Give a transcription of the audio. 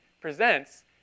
presents